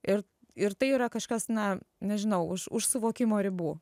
ir ir tai yra kažkas na nežinau už už suvokimo ribų